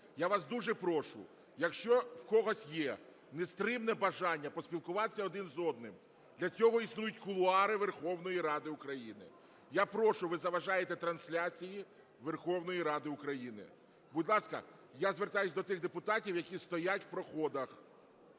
я вас дуже прошу, якщо в когось є нестримне бажання поспілкуватися один з одним, для цього існують кулуари Верховної Ради України. Я прошу, ви заважаєте трансляції Верховної Ради України. Будь ласка, я звертаюсь до тих депутатів, які стоять в проходах.